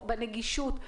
הנגישות שלו,